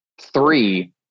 three